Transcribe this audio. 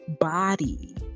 body